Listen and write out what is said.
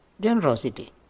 generosity